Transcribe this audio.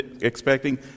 expecting